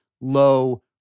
low